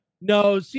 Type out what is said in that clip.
No